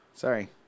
Sorry